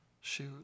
Shoot